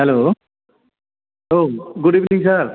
हेल' औ good evening सार